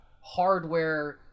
hardware